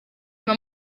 nka